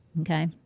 Okay